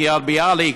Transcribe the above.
קריית-ביאליק,